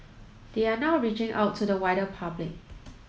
they are now reaching out to the wider public